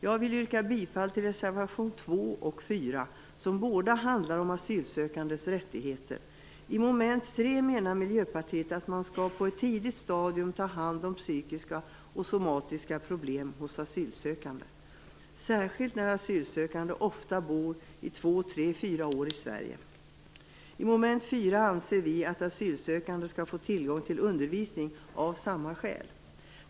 Jag vill yrka bifall till reservationerna 2 och 4, som båda handlar om asylsökandes rättigheter. Vad gäller mom. 3 menar Miljöpartiet att man på ett tidigt stadium skall ta hand om psykiska och somatiska problem hos asylsökande, särskilt enär asylsökande ofta bor två, tre eller fyra år i Sverige. Beträffande mom. 4 anser vi att asylsökande skall få tillgång till undervisning av samma skäl.